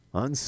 on